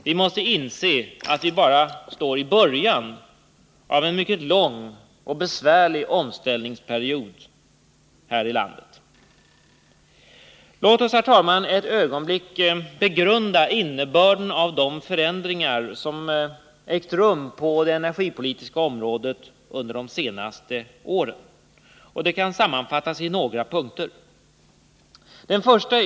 Vi måste inse att vi står bara i början av en mycket lång och besvärlig omställningsperiod här i landet. Låt oss, herr talman, ett ögonblick begrunda innebörden av de förändringar som ägt rum på det energipolitiska området under de senaste åren. Det kan sammanfattas i några punkter: 1.